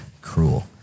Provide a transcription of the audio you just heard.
cruel